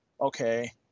okay